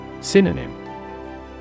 Synonym